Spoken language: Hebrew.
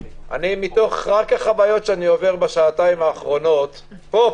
מתוך החוויות שאני עובר בשעתיים האחרונות פה,